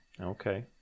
Okay